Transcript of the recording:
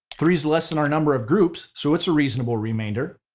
three is less than our number of groups, so it's a reasonable remainder.